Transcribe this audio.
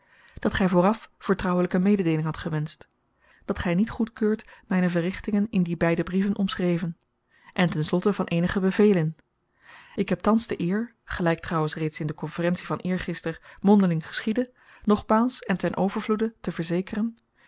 dat gy vooraf vertrouwelyke mededeeling hadt gewenscht dat gy niet goedkeurt myne verrichtingen in die beide brieven omschreven en ten slotte van eenige bevelen ik heb thans de eer gelyk trouwens reeds in de konferentie van eergister mondeling geschiedde nogmaals en ten overvloede te verzekeren